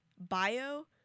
bio